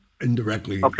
indirectly